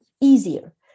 easier